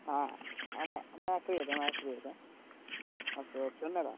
आम् आं माया क्रियते मया क्रियते अस्तु क्ष्यम्यताम्